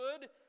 good